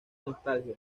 nostalgia